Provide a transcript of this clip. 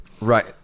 Right